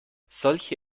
solche